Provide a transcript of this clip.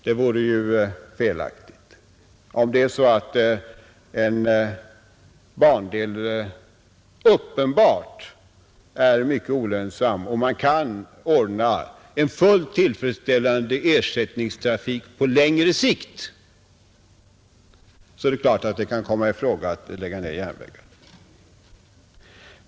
Det vore felaktigt. Om en bandel uppenbart är mycket olönsam och man kan ordna en fullt tillfredsställande ersättningstrafik på längre sikt är det klart att en nedläggning av järnvägen kan komma i fråga.